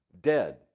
dead